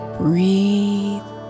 breathe